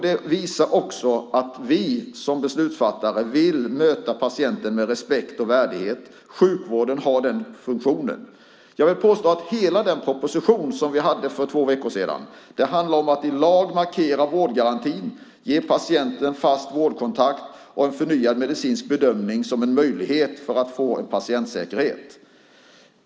Det visar också att vi som beslutsfattare vill möta patienten med respekt och värdighet. Sjukvården har den funktionen. Jag vill påstå att hela den proposition som vi hade uppe för två veckor sedan handlar om att i lag markera vårdgarantin, att ge patienten en fast vårdkontakt och en förnyad medicinsk bedömning, detta som en möjlighet för att få patientsäkerhet.